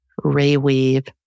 reweave